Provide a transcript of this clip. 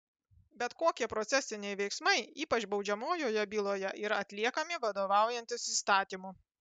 bet kokie procesiniai veiksmai ypač baudžiamojoje byloje yra atliekami vadovaujantis įstatymu